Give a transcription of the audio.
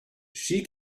she